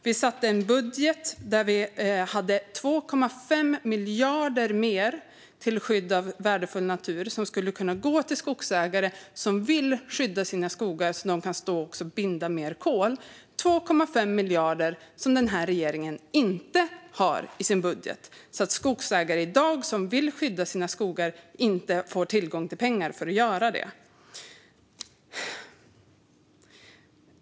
Vi lade fram en budget där vi hade 2,5 miljarder mer till skydd av värdefull natur som skulle kunna gå till skogsägare som vill skydda sina skogar så att de också kan binda mer kol. Det är 2,5 miljarder som den här regeringen inte har i sin budget. Skogsägare som i dag vill skydda sina skogar får alltså inte tillgång till pengar för att göra det.